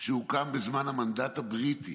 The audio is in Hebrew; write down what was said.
שהוקם בזמן המנדט הבריטי.